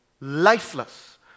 lifeless